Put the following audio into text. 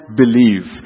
believe